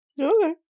Okay